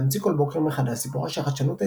להמציא כל בוקר מחדש – סיפורה של החדשנות הישראלית,